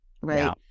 right